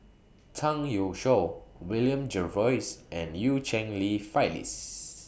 Chang Youshuo William Jervois and EU Cheng Li Phyllis